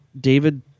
David